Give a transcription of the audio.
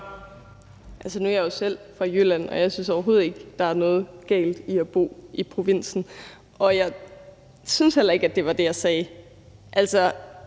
Nu er jeg jo selv fra Jylland, og jeg synes overhovedet ikke, der er noget galt i at bo i provinsen. Jeg synes heller ikke, at det var det, jeg sagde.